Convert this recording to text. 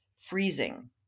freezing